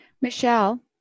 Michelle